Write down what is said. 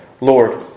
Lord